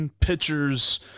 pitchers